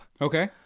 Okay